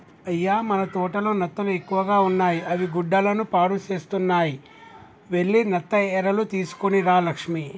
అయ్య మన తోటలో నత్తలు ఎక్కువగా ఉన్నాయి అవి గుడ్డలను పాడుసేస్తున్నాయి వెళ్లి నత్త ఎరలు తీసుకొని రా లక్ష్మి